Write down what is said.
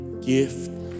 gift